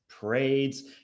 parades